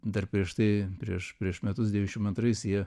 dar prieš tai prieš prieš metus devyniašim antrais jie